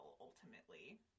ultimately